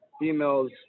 females